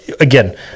again